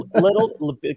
little